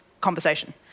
conversation